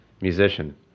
musician